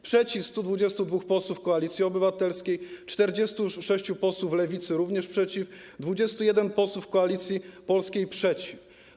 Przeciw - 122 posłów Koalicji Obywatelskiej, 46 posłów Lewicy - również przeciw, 21 posłów Koalicji Polskiej - przeciw.